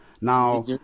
Now